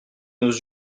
nos